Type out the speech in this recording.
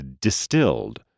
Distilled